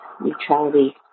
neutrality